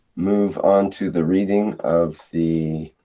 move on to the reading of the.